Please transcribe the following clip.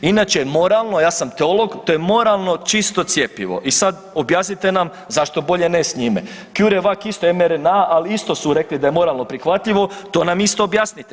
Inače moralno, ja sam teolog, to je moralno čisto cjepivo i sad objasnite nam zašto bolje ne s njime? … [[Govornik se ne razumije]] ali isto su rekli da je moralno prihvatljivo, to nam isto objasnite.